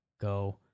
go